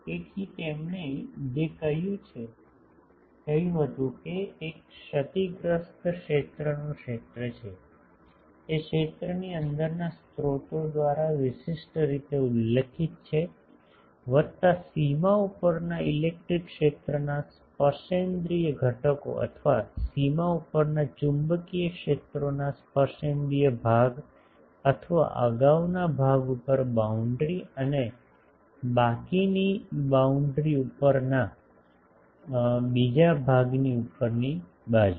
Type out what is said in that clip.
તેથી તેમણે જે કહ્યું તે એક ક્ષતિગ્રસ્ત ક્ષેત્રનું ક્ષેત્ર છે તે ક્ષેત્રની અંદરના સ્રોતો દ્વારા વિશિષ્ટ રીતે ઉલ્લેખિત છે વત્તા સીમા ઉપરના ઇલેક્ટ્રિક ક્ષેત્રના સ્પર્શેન્દ્રિય ઘટકો અથવા સીમા ઉપરના ચુંબકીય ક્ષેત્રોના સ્પર્શેન્દ્રિય ભાગ અથવા અગાઉના ભાગ ઉપર બાઉન્ડ્રી અને બાકીની બાઉન્ડ્રી ઉપરના બીજા ભાગની ઉપરની બાજુ